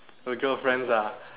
uh girlfriends ah